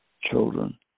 children